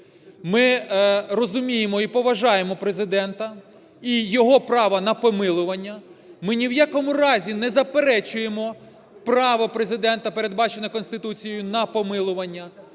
Ми розуміємо і поважаємо Президента і його право на помилування. Ми ні в якому разі не заперечуємо право Президента, передбачене Конституцією, на помилування.